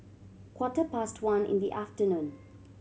quarter past one in the afternoon